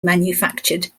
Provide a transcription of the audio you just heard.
manufactured